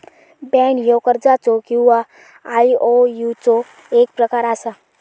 bond ह्यो कर्जाचो किंवा आयओयूचो एक प्रकार असा